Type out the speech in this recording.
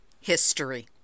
HISTORY